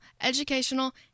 educational